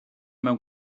mewn